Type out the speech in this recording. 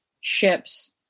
ships